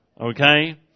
Okay